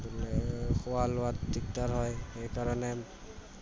খোৱা লোৱাত দিগদাৰ হয় সেইকাৰণে